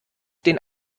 den